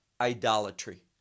idolatry